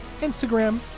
Instagram